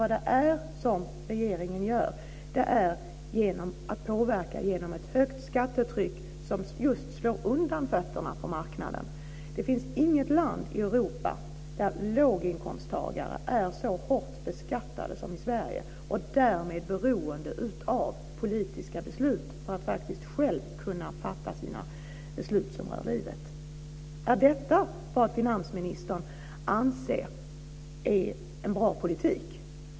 Det regeringen gör är att man påverkar genom ett högt skattetryck som just slår undan fötterna på marknaden. Det finns inget land i Europa där låginkomsttagare är så hårt beskattade som i Sverige, och därmed är de beroende av politiska beslut när de själva fattar beslut som rör livet. Är detta vad finansministern anser är en bra politik?